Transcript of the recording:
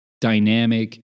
dynamic